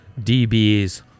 DBs